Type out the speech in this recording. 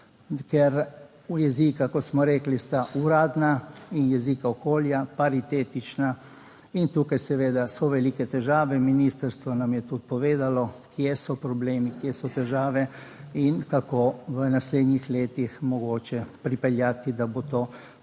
ker jezika, kot smo rekli, sta uradna in jezika okolja paritetična in tukaj seveda so velike težave, ministrstvo nam je tudi povedalo kje so problemi, kje so težave in kako v naslednjih letih mogoče pripeljati, da bo to potem